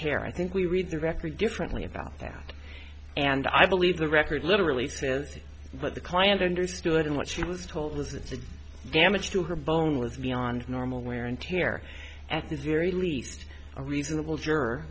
tear i think we read the record differently about that and i believe the record literally says what the client understood and what she was told was that the damage to her bone was beyond normal wear and tear at the very least a reasonable juror